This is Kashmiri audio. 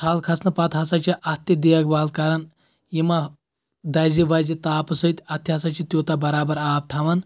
تھل کھسنہٕ پَتہٕ ہسا چھِ اَتھ تہِ دیکھ بال کران یہِ مہ دَزِ وَزِ تاپہٕ سۭتۍ اَتھ تہِ ہسا چھِ تیوٗتاہ برابر آب تھاوان